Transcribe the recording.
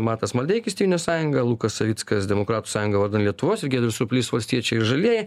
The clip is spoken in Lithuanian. matas maldeikis tėvynės sąjunga lukas savickas demokratų sąjunga vardan lietuvos ir giedrius surplys valstiečiai ir žalieji